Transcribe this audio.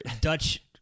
Dutch